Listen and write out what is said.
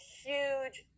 huge